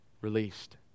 released